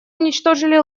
уничтожили